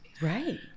Right